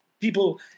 people